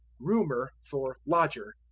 roomer for lodger.